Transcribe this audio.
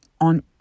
on